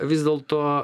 vis dėlto